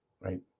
right